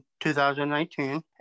2019